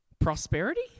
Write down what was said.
prosperity